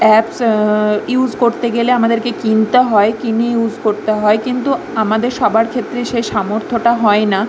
apps use করতে গেলে আমাদেরকে কিনতে হয় কিনে ইউজ করতে হয় কিন্তু আমাদের সবার ক্ষেত্রে সেই সামর্থ্যটা হয় না